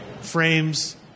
Frames